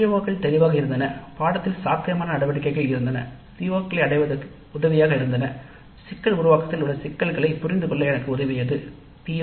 "சிஓக்கள் தெளிவாக இருந்தன" பாடத்திட்டத்தில் சாத்தியமான நடவடிக்கைகள் இருந்தன CO களை அடைவதற்கு உதவியாக இருந்தன " இதில் உள்ள சிக்கல்களைப் புரிந்துகொள்ள எனக்கு உதவியது "பி